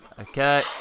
Okay